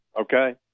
Okay